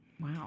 Wow